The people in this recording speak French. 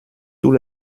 tous